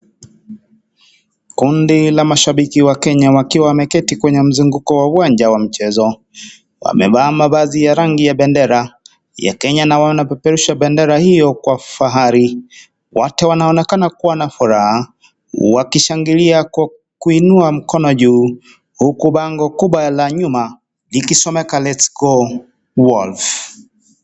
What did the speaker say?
Kundi la mashabiki wa Kenya wakiwa wameketi kwenye mzunguko wa uwanja wa michezo. Wamevaa mavazi ya rangi ya bendera ya Kenya na wanapeperusha bendera hiyo kwa ufahari. Wote wanaonekana kuwa na furaha, wakishangalia wakiinua mikono juu huku bango kubwa la nyuma likisomeka let's go wolves .